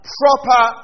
proper